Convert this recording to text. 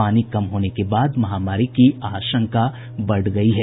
पानी कम होने के बाद महामारी की आशंका बढ़ गयी है